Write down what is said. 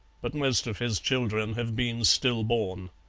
but most of his children have been stillborn.